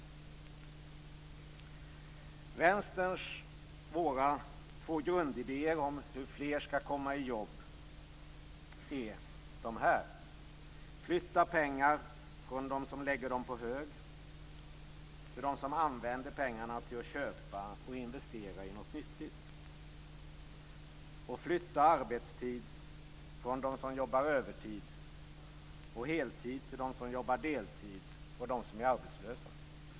Vi i Vänstern har två grundidéer om hur fler skall komma i jobb: Flytta pengar från dem som lägger dem på hög till dem som använder pengarna till att köpa och investera i något nyttigt! Flytta arbetstid från dem som jobbar övertid och heltid till dem som jobbar deltid och till dem som är arbetslösa!